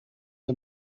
een